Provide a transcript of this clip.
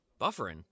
Buffering